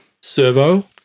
Servo